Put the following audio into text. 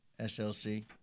SLC